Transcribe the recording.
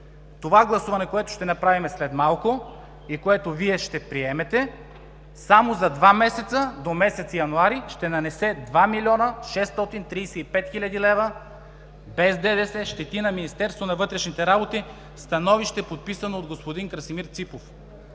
Това гласуване, което ще направим след малко и което Вие ще приемете, само за два месеца – до месец януари, ще нанесе два милиона шестотин тридесет и пет хиляди лева без ДДС щети на Министерството на вътрешните работи – становище, подписано от господин Красимир Ципов.